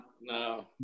no